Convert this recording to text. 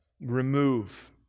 Remove